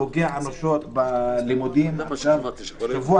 פוגע אנושות בלימודים במקום כאשר במשך שבוע